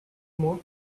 more